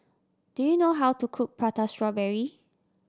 do you know how to cook Prata Strawberry